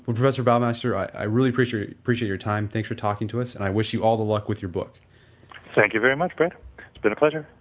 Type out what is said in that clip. professor baumeister i really appreciate appreciate your time, thanks for talking to us and i wish you all the luck with your book thank you very much brett, it's been a pleasure